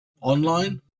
online